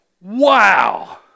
Wow